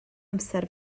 amser